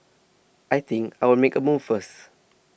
I think I'll make a move first